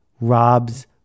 robs